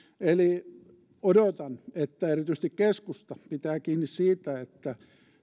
eli odotan että erityisesti keskusta pitää kiinni siitä että